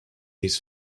his